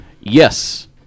yes